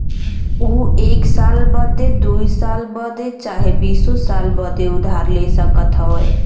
ऊ एक साल बदे, दुइ साल बदे चाहे बीसो साल बदे उधार ले सकत हौ